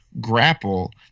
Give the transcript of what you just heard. grapple